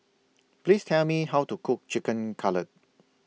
Please Tell Me How to Cook Chicken Cutlet